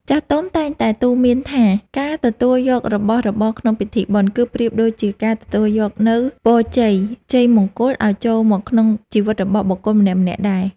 ចាស់ទុំតែងតែទូន្មានថា ការទទួលយករបស់របរក្នុងពិធីបុណ្យ គឺប្រៀបដូចជាការទទួលយកនូវពរជ័យជ័យមង្គលឱ្យចូលមកក្នុងជីវិតរបស់បុគ្គលម្នាក់ៗដែរ។